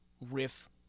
riff